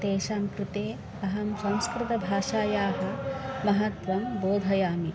तेषां कृते अहं संस्कृतं भाषायाः महत्त्वं बोधयामि